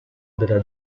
della